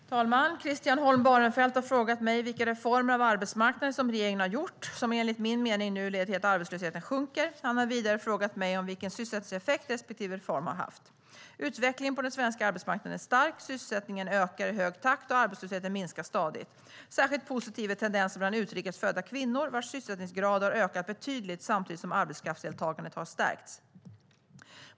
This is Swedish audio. Herr talman! Christian Holm Barenfeld har frågat mig vilka reformer av arbetsmarknaden som regeringen har gjort och som enligt min mening nu leder till att arbetslösheten sjunker. Han har vidare frågat mig om vilken sysselsättningseffekt respektive reform har haft. Utvecklingen på den svenska arbetsmarknaden är stark. Sysselsättningen ökar i hög takt, och arbetslösheten minskar stadigt. Särskilt positiv är tendensen bland utrikes födda kvinnor, vars sysselsättningsgrad har ökat betydligt samtidigt som arbetskraftsdeltagandet har stärkts.